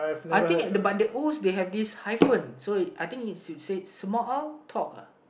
I think at the but the Os they have this hyphen so I think it's you said small uh talk